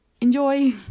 Enjoy